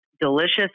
delicious